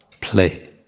Play